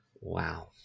Wow